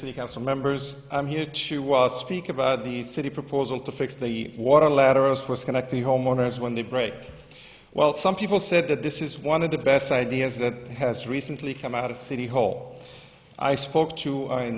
city council members i'm here to was speak about the city proposal to fix the water laterals for schenectady homeowners when they break well some people said that this is one of the best ideas that has recently come out of city hall i spoke to a